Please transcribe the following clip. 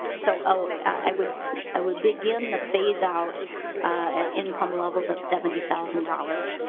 so i would ah would begin the phase out at income levels of seventy thousand dollars